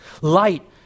Light